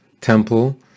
temple